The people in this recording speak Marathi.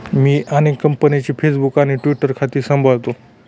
मी अनेक कंपन्यांची फेसबुक आणि ट्विटर खाती सांभाळतो